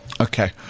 Okay